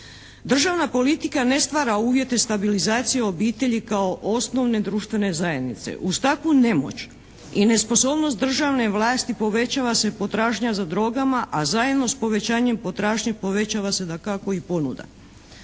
Državna politika ne stvara uvjete stabilizacije obitelji kao osnovne društvene zajednice. Uz takvu nemoć i nesposobnost državne vlasti povećava se potražnja za drogama, a zajedno s povećanjem potražnje povećava se dakako i ponuda.